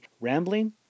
rambling